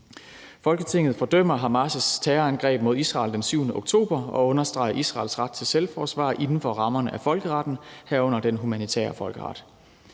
»Folketinget fordømmer Hamas’ terrorangreb mod Israel den 7. oktober og understreger Israels ret til selvforsvar inden for rammerne af folkeretten, herunder den humanitære folkeret.